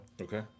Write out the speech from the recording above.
okay